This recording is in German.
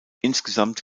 insgesamt